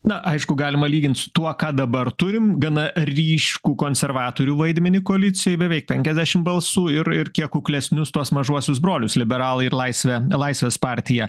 na aišku galima lygint su tuo ką dabar turim gana ryškų konservatorių vaidmenį koalicijoj beveik penkiasdešim balsų ir ir kiek kuklesnius tuos mažuosius brolius liberalai ir laisvė laisvės partija